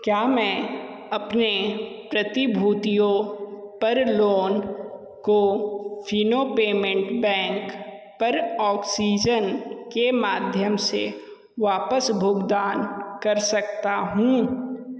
क्या मैं अपने प्रतिभूतियों पर लोन को फिनो पेमेंट बैंक पर ऑक्सीजन के माध्यम से वापस भुगतान कर सकता हूँ